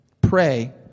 Pray